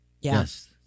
Yes